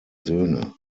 söhne